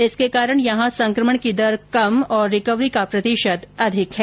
इसके कारण यहां संकमण की दर कम और रिकवरी का प्रतिशत अधिक है